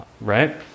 right